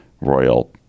royal